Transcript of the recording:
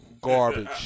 garbage